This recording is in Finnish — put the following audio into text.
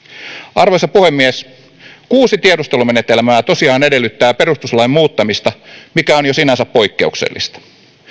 arvoisa puhemies kuusi tiedustelumenetelmää tosiaan edellyttää perustuslain muuttamista mikä on jo sinänsä poikkeuksellista